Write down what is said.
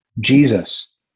Jesus